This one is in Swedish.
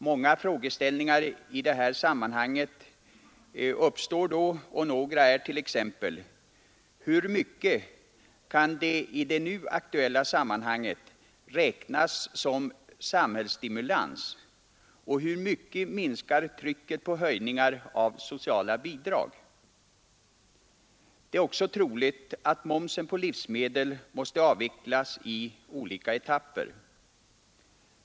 Några frågeställningar i detta sammanhang är t.ex.: hur mycket kan i det nu aktuella sammanhanget räknas som samhällsstimulans, och hur mycket minskas trycket på höjningar av sociala bidrag? Det är också troligt att momsen på livsmedel måste avvecklas i etapper.